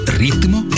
ritmo